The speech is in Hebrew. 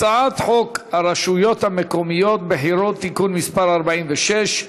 הצעת חוק הרשויות המקומיות (בחירות) (תיקון מס' 46),